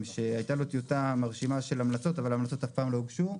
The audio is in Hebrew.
שהייתה לו טיוטה מרשימה של המלצות אבל ההמלצות אף פעם לא הוגשו.